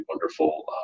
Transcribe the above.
wonderful